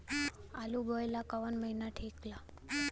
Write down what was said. आलू बोए ला कवन महीना ठीक हो ला?